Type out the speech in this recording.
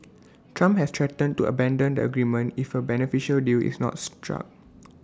Trump has threatened to abandon the agreement if A beneficial deal is not struck